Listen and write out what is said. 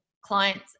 clients